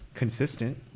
consistent